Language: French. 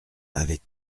avait